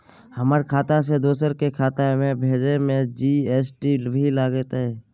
हमर खाता से दोसर के खाता में भेजै में जी.एस.टी भी लगैछे?